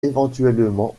éventuellement